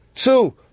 Two